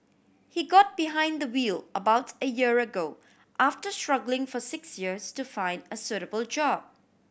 he got behind the wheel about a year ago after struggling for six years to find a suitable job